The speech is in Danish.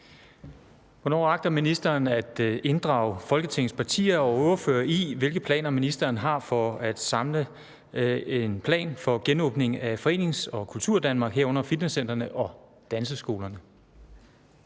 Hvornår agter ministeren at inddrage Folketingets partier og ordførere i, hvilke planer ministeren har for en samlet plan for genåbning af Forenings- og Kulturdanmark, herunder fitnesscentre og danseskoler?